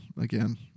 again